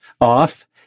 off